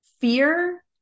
fear